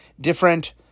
different